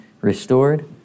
restored